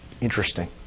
Interesting